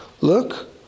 Look